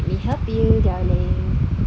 let me help you darling